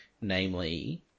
Namely